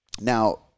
Now